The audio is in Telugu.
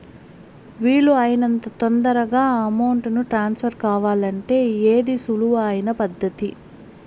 వీలు అయినంత తొందరగా అమౌంట్ ను ట్రాన్స్ఫర్ కావాలంటే ఏది సులువు అయిన పద్దతి